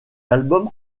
album